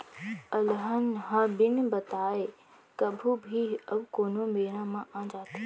अलहन ह बिन बताए कभू भी अउ कोनों बेरा म आ जाथे